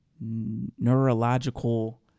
neurological